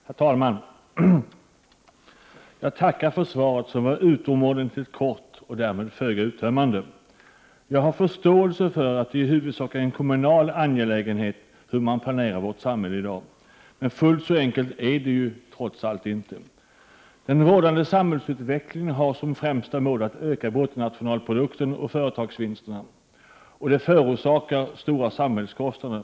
Herr talman! Jag tackar för svaret som var utomordentligt kort och därmed föga uttömmande. Jag har förståelse för att det huvudsakligen är en kommunal angelägenhet hur man i dag planerar vårt samhälle. Men fullt så enkelt är det trots allt inte. Den rådande samhällsutvecklingen har som främsta mål att öka bruttonationalprodukten och företagsvinsterna, vilket förorsakar stora samhällskostnader.